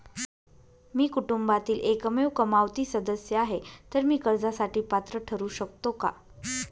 मी कुटुंबातील एकमेव कमावती सदस्य आहे, तर मी कर्जासाठी पात्र ठरु शकतो का?